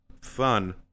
Fun